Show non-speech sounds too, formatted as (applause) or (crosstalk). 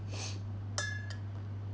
(noise)